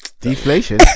Deflation